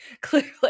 clearly